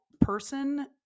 person